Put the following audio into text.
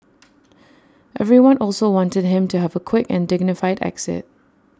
everyone also wanted him to have A quick and dignified exit